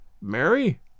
Mary